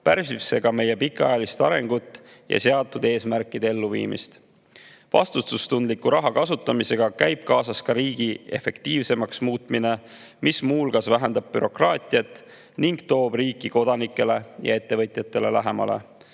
pärsib see ka meie pikaajalist arengut ja seatud eesmärkide elluviimist. Raha vastutustundliku kasutamisega käib kaasas riigi efektiivsemaks muutmine, mis muu hulgas vähendab bürokraatiat ning toob riiki kodanikele ja ettevõtjatele lähemale.